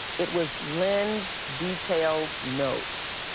it was lyn's detailed notes.